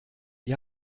wir